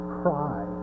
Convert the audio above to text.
cry